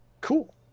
Cool